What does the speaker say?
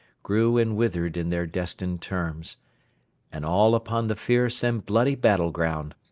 grew and withered in their destined terms and all upon the fierce and bloody battle-ground,